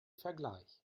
vergleich